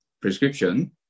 prescription